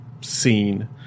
scene